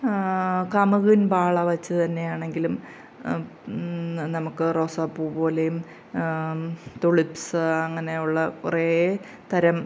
കമുകിൻ പാള വെച്ച് തന്നെയാണെങ്കിലും നമുക്ക് റോസാപ്പൂ പോലെയും ത്യുലിപ്സ് അങ്ങനെ ഉള്ള കുറെ തരം